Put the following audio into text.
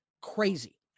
crazy